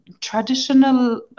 traditional